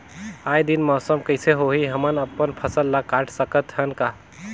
आय दिन मौसम कइसे होही, हमन अपन फसल ल काट सकत हन का?